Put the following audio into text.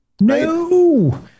No